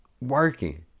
working